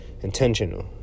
intentional